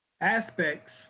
aspects